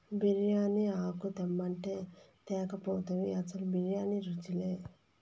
బిర్యానీ ఆకు తెమ్మంటే తేక పోతివి అసలు బిర్యానీ రుచిలే